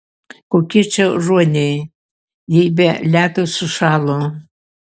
kokie čia ruoniai jei be ledo sušalo